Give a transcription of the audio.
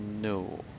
no